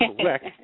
correct